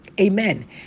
Amen